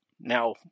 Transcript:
Now